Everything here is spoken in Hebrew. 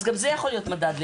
אז גם זה יכול להיות מדד.